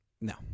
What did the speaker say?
No